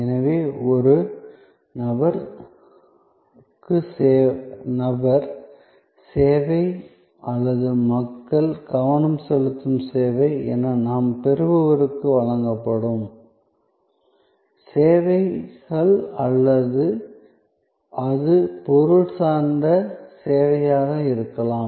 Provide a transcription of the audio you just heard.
எனவே ஒரு நபருக்கு நபர் சேவை அல்லது மக்கள் கவனம் செலுத்தும் சேவை என நாம் பெறுபவருக்கு வழங்கப்படும் சேவைகள் அல்லது அது பொருள் சார்ந்த சேவையாக இருக்கலாம்